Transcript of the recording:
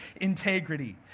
integrity